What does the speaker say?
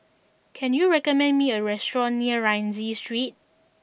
can you recommend me a restaurant near Rienzi Street